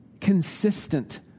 consistent